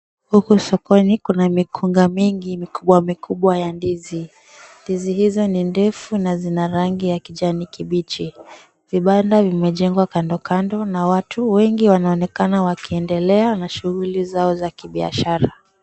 Huku sokoni Kuna mikunga mingi mikubwa mikubwa ya ndizi. Ndizi hizo ni ndefu na zina rangi ya kijani kibichi. Vibanda vimejengwa kando kando na watu wengi wanaonekana wakiendelea na shughuli zao za kibiashara.